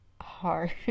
hard